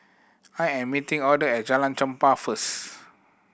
I am meeting Auther at Jalan Chempah first